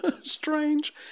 Strange